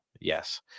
yes